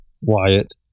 Wyatt